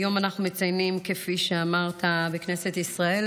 היום אנחנו מציינים בכנסת ישראל,